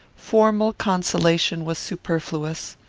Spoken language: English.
formal consolation was superfluous.